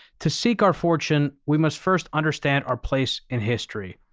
to seek our fortune, we must first understand our place in history.